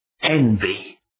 envy